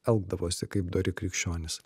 elgdavosi kaip dori krikščionys